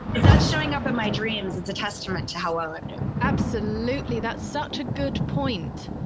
if that's showing up at my dreams, it's a testament to how well i'm doing absolutely. that's such a good point.